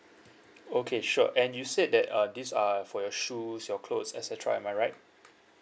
okay sure and you said that uh these are for your shoes your clothes et cetera am I right